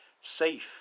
safe